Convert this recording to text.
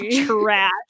trash